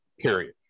period